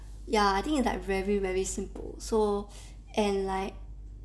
ya I think is like very very simple so and like